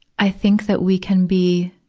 i think that we can be